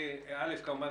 כמובן,